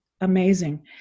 amazing